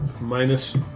Minus